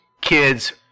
kids